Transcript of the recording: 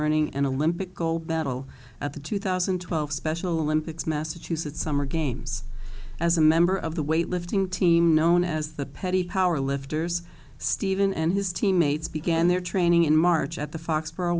earning an olympic gold medal at the two thousand and twelve special olympics massachusetts summer games as a member of the weightlifting team known as the petit power lifters stephen and his teammates began their training in march at the fox